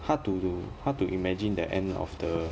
hard to hard to imagine the end of the